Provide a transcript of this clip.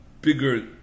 bigger